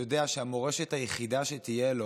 יודע שהמורשת היחידה שתהיה לו